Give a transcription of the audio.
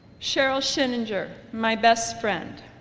cheryl schillinger my best friend,